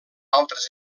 altres